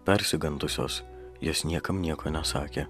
persigandusios jos niekam nieko nesakė